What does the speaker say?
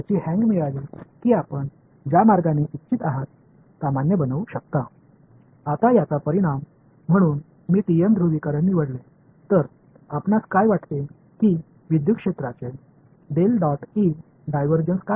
இப்போது இதன் விளைவாக நான் TM போலாரிசஷன்ஸ் தேர்வுசெய்தால் க்கு என்ன நடக்கும் என்று நீங்கள் நினைக்கிறீர்கள் மின்சாரத் புலதின் டைவர்ஜன்ஸ்